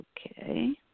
Okay